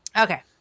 Okay